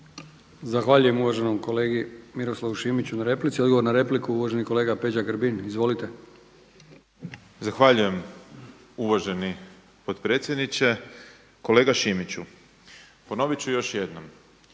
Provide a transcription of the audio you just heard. Zahvaljujem uvaženom kolegi Miroslavu Šimiću na replici. Odgovor na repliku, uvaženi kolega Peđa Grbin. Izvolite. **Grbin, Peđa (SDP)** Zahvaljujem uvaženi potpredsjedniče. Kolega Šimiću, ponovit ću još jednom.